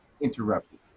interrupted